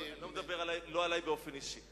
אני לא מדבר עלי באופן אישי.